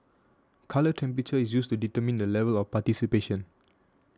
colour temperature is used to determine the level of participation